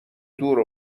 دور